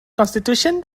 constitution